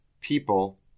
people